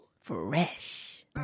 fresh